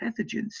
pathogens